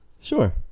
Sure